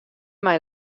mei